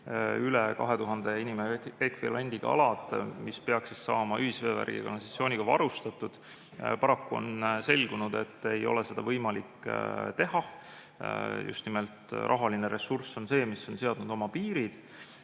üle 2000 inimekvivalendiga alad peaksid saama ühisveevärgi ja -kanalisatsiooniga varustatud. Paraku on selgunud, et ei ole seda võimalik teha. Just nimelt rahaline ressurss on see, mis on seadnud oma piirid.